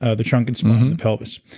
ah the trunk and spine, and the pelvis.